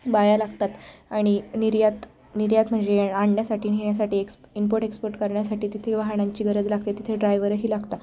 बाया लागतात आणि निर्यात निर्यात म्हणजे आणण्यासाठी नेण्यासाठी एक्स इम्पोर्ट एक्सपोर्ट करण्यासाठी तिथे वाहनांची गरज लागते तिथे ड्रायवरही लागतात